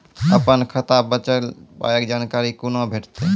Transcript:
अपन खाताक बचल पायक जानकारी कूना भेटतै?